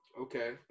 Okay